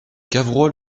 cavrois